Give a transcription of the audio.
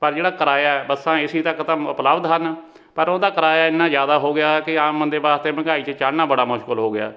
ਪਰ ਜਿਹੜਾ ਕਿਰਾਇਆ ਬੱਸਾਂ ਏ ਸੀ ਤੱਕ ਤਾਂ ਮ ਉਪਲਬਧ ਹਨ ਪਰ ਉਹਦਾ ਕਿਰਾਇਆ ਐਨਾ ਜ਼ਿਆਦਾ ਹੋ ਗਿਆ ਕਿ ਆਮ ਬੰਦੇ ਵਾਸਤੇ ਮਹਿੰਗਾਈ 'ਚ ਚੜ੍ਹਨਾ ਬੜਾ ਮੁਸ਼ਕਲ ਹੋ ਗਿਆ